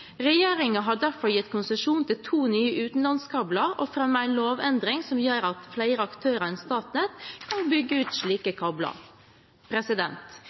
har derfor gitt konsesjon til to nye utenlandskabler og fremmet en lovendring som gjør at flere aktører enn Statnett kan bygge ut slike kabler.